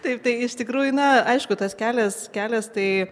taip tai iš tikrųjų na aišku tas kelias kelias tai